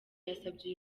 yasabye